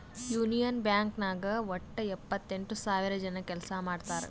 union Bank ನಾಗ್ ವಟ್ಟ ಎಪ್ಪತ್ತೆಂಟು ಸಾವಿರ ಜನ ಕೆಲ್ಸಾ ಮಾಡ್ತಾರ್